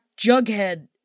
Jughead